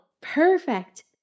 Perfect